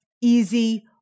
easy